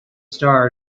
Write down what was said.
star